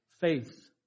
faith